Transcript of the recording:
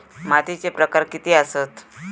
मातीचे प्रकार किती आसत?